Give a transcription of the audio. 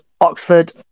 Oxford